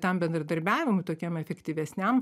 tam bendradarbiavimui tokiam efektyvesniam